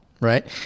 right